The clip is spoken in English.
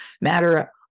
matter